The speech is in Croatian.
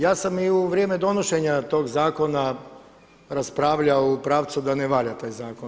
Ja sam i u vrijeme donošenja tog zakona raspravljao u pravcu da ne valja taj zakon.